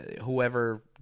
whoever